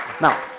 Now